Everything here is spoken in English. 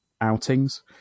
outings